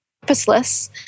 purposeless